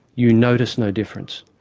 you notice no difference.